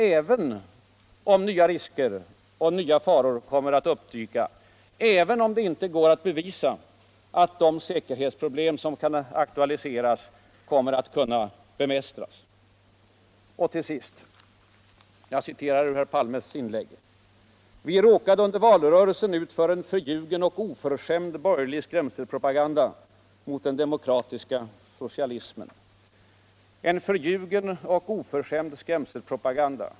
även om nyu risker och nya faror kommer att dyka upp och även om det inte går att bevisa utt de säkerhetsproblem som kan aktualiseras kommer att kunna bemästrus. Till sist vill jag citera ur herr Palmes inlägg: ”Vi råkade under valrörelsen ut för en förljugen och oförskämd borgerlig skrämselpropaganda molt den demokratiska socialismen.” En förljugen och oförskämd skrämselpropaganda!